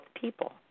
people